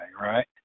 right